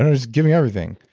and just give me everything.